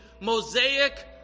mosaic